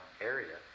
area